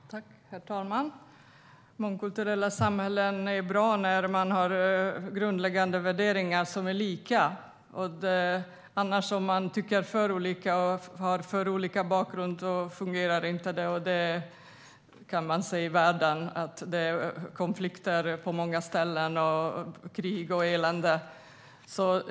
Herr talman! Mångkulturella samhällen är bra när man har grundläggande värderingar som är lika. Om man tycker för olika och har för olika bakgrund fungerar det inte. Vi kan se att det är konflikter, krig och elände på många ställen i världen.